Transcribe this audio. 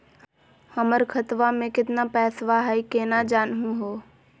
हमर खतवा मे केतना पैसवा हई, केना जानहु हो?